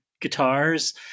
guitars